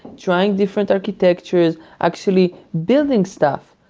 trying different architectures actually building stuff,